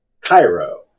Cairo